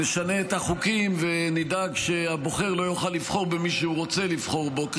נשנה את החוקים ונדאג שהבוחר לא יוכל לבחור במי שהוא רוצה לבחור בו,